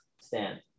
stand